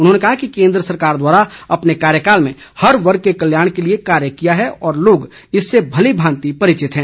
उन्होंने कहा कि केंद्र सरकार द्वारा अपने कार्यकाल में हर वर्ग के कल्याण के लिए कार्य किया है और लोग इससे भलीभांति परिचित हैं